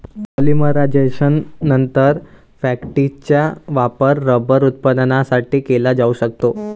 पॉलिमरायझेशननंतर, फॅक्टिसचा वापर रबर उत्पादनासाठी केला जाऊ शकतो